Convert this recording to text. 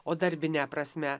o darbine prasme